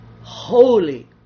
holy